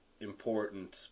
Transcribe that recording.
important